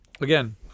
again